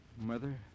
Mother